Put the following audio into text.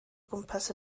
gwmpas